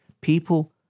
People